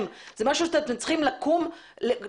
זה משהו שאתם צריכים לקחת אותו לתשומת ליבכם,